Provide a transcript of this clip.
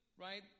right